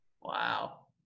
Wow